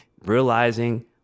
realizing